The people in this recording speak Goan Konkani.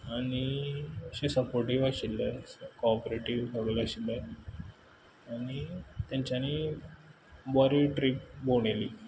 आनी अशें सपोर्टीव आशिल्ले स कॉर्परेटीव सगले आशिल्ले आनी तेंच्यानी बरी ट्रीप भोंवडायली